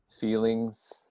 feelings